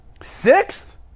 Sixth